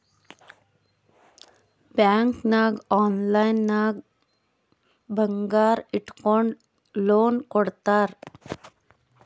bank ನಾಗ್ online ನಾಗೆ ಬಂಗಾರ್ ಇಟ್ಗೊಂಡು ಲೋನ್ ಕೊಡ್ತಾರ್